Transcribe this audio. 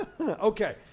Okay